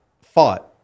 fought